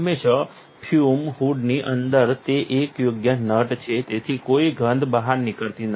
હંમેશાં ફ્યુમ હૂડની અંદર તે એક યોગ્ય નટ છે તેથી કોઈ ગંધ બહાર નીકળતી નથી